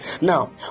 Now